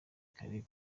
kare